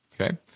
okay